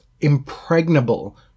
impregnable